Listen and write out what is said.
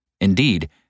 Indeed